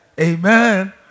amen